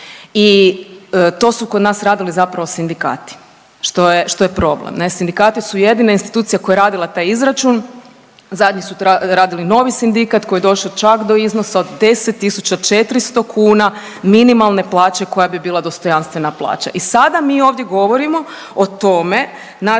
i to su kod nas radili zapravo sindikati što je problem. Sindikati su jedina institucija koja je radila taj izračun, zadnji su radili novi sindikat koji je došao čak do iznosa od 10.400 kuna minimalne plaće koja bi bila dostojanstvena plaća. I sada mi ovdje govorimo o tome da